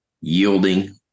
Yielding